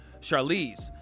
Charlize